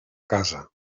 casa